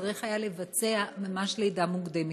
וצריך היה לבצע ממש לידה מוקדמת.